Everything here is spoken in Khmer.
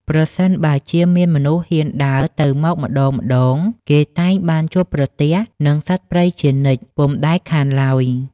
ប្រសិនបើជាមានមនុស្សហ៊ានដើរទៅមកម្ដងៗ គេតែងបានជួបប្រទះនឹងសត្វព្រៃជានិច្ចពុំដែលខានឡើយ ។